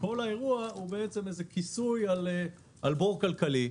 כל האירוע הוא איזה כיסוי על בור כלכלי.